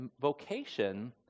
vocation